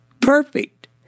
perfect